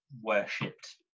worshipped